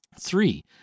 Three